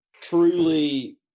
truly